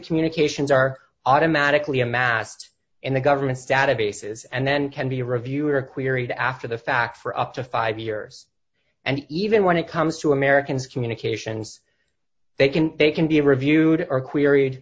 communications are automatically amassed in the government's databases and then can be review or queried after the fact for up to five years and even when it comes to americans communications they can they can be reviewed or quer